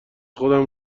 خودم